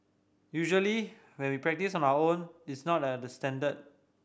usually when we practise on our own it's not at this standard